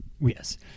Yes